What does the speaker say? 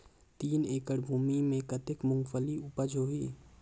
तीन एकड़ भूमि मे कतेक मुंगफली उपज होही?